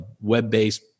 web-based